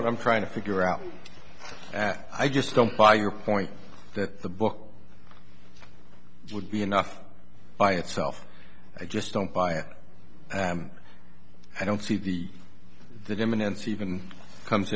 what i'm trying to figure out i just don't buy your point that the book would be enough by itself i just don't buy it and i don't see the the dominion seaven comes